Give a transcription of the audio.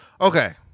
Okay